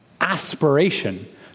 aspiration